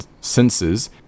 senses